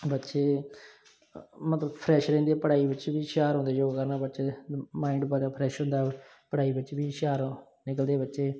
ਬੱਚੇ ਮਤਲਬ ਫਰੈਸ਼ ਰਹਿੰਦੇ ਪੜ੍ਹਾਈ ਵਿੱਚ ਹੁਸ਼ਿਆਰ ਹੁੰਦੇ ਯੋਗ ਕਰਨ ਨਾਲ ਬੱਚੇ ਮਾਇੰਡ ਬੜਾ ਫਰੈਸ਼ ਹੁੰਦਾ ਪੜ੍ਹਾਈ ਵਿੱਚ ਵੀ ਹੁਸ਼ਿਆਰ ਨਿਕਲਦੇ ਬੱਚੇ